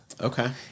Okay